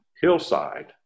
hillside